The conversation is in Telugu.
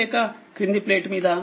లేక క్రింది ప్లేట్ మీదా